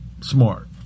smart